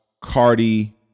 Cardi